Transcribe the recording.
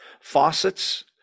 faucets